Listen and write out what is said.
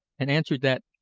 and answered that,